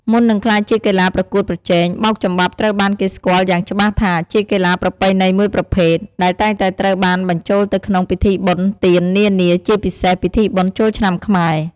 មុននឹងក្លាយជាកីឡាប្រកួតប្រជែង បោកចំបាប់ត្រូវបានគេស្គាល់យ៉ាងច្បាស់ថាជាកីឡាប្រពៃណីមួយប្រភេទ ដែលតែងតែត្រូវបានបញ្ចូលទៅក្នុងពិធីបុណ្យទាននានា ជាពិសេស ពិធីបុណ្យចូលឆ្នាំខ្មែរ។